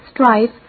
strife